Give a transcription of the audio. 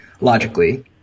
logically